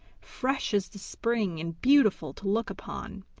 fresh as the spring, and beautiful to look upon.